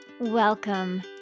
Welcome